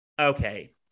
okay